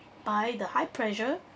by the high pressure